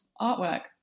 artwork